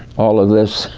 all of this,